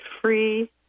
free